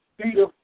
Peter